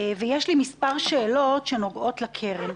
יש לי מספר שאלות שנוגעות לקרן.